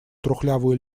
трухлявую